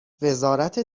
وزارت